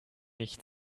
nicht